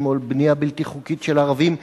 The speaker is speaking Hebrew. בנגב או בנייה בלתי חוקית של ערבים בירושלים,